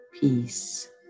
peace